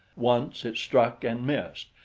once it struck and missed,